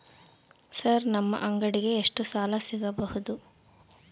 Sir ನಮ್ಮ ಅಂಗಡಿಗೆ ಎಷ್ಟು ಸಾಲ ಸಿಗಬಹುದು?